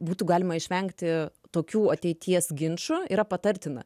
būtų galima išvengti tokių ateities ginčų yra patartina